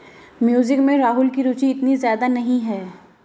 music में राहुल की रुचि इतनी ज्यादा नहीं है